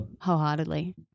wholeheartedly